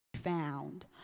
Found